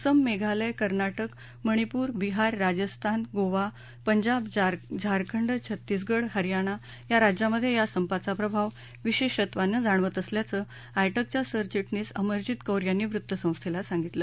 असम मधीलय कर्नाटक मणिपूर बिहार राजस्थान गोवा पंजाब झारखंड छत्तिसगड हरयाना या राज्यांमधीी संपाचा प्रभाव विशस्त्विनं जाणवत असल्याचं आयटकच्या सरचिटणीस अमरजीत कौर यांनी वृत्तसंस्थछी सांगितलं